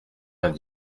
vingt